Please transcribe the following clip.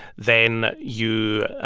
then you